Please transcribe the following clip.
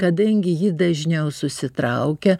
kadangi ji dažniau susitraukia